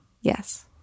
yes